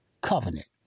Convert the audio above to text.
covenant